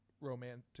romantic